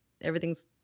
everything's